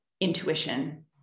intuition